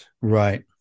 right